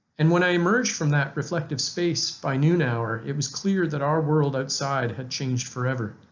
and when i emerged from that reflective space by noon hour it was clear that our world outside had changed forever.